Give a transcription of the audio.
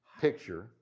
picture